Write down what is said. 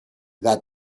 that